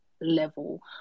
level